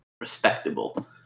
respectable